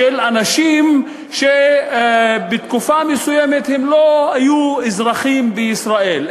אנשים שבתקופה מסוימת לא היו אזרחים בישראל,